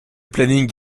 planning